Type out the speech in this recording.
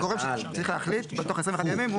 הגורם המוסמך שצריך להחליט בתוך 21 ימים,